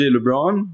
LeBron